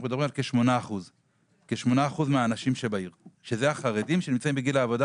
מדובר כ-8% מהאנשים שבעיר שזה החרדים שנמצאים בגיל העבודה